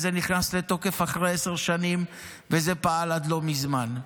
זה נכנס לתוקף אחרי עשר שנים וזה פעל עד לא מזמן.